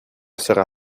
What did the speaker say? sera